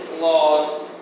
laws